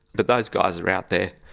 but those guys are out there.